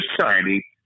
Society